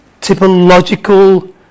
typological